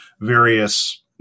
various